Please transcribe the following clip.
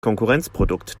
konkurrenzprodukt